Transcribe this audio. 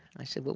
i said,